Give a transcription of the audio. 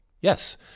yes